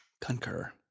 Concur